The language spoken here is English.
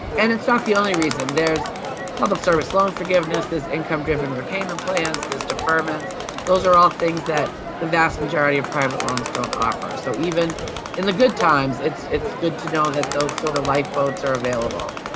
and it's not the only reason. there's public service loan forgiveness there's income-driven repayment plans there's deferments those are all things that the vast majority of private loans don't offer. so even in the good times, it's it's good to know that those sort of lifeboats are available